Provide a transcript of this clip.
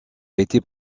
été